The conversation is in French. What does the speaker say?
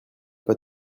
pas